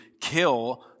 kill